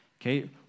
Okay